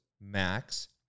Max